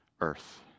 earth